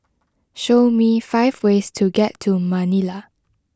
show me five ways to get to Manila